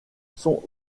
sont